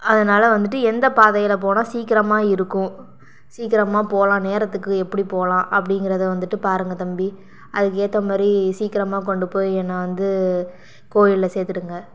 அதனால் வந்துட்டு எந்த பாதையில் போனால் சீக்கிரமாக இருக்கும் சீக்கிரமாக போகலாம் நேரத்துக்கு எப்படி போகலாம் அப்படிங்கிறத வந்துட்டு பாருங்க தம்பி அதுக்கு ஏற்ற மாதிரி சீக்கிரமாக கொண்டு போய் என்ன வந்து கோவில்ல சேர்த்துருங்க